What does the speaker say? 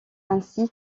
ainsi